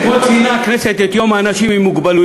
אתמול ציינה הכנסת את היום לשוויון זכויות לאנשים עם מוגבלויות.